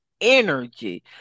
energy